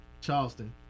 Charleston